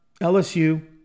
LSU